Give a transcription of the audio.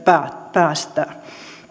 päästä